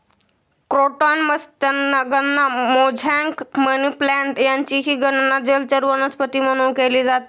croton मत्स्यांगना, mosaic, money plant यांचीही गणना जलचर वनस्पती म्हणून केली जाते